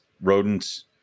rodents